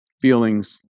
feelings